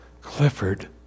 Clifford